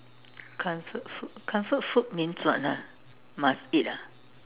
comfort food comfort food means what ah must eat ah